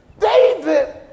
David